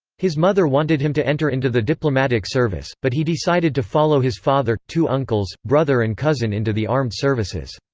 his mother wanted him to enter into the diplomatic service, but he decided to follow his father, two uncles, brother and cousin into the armed services.